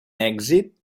èxit